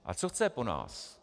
A co chce po nás?